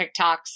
TikToks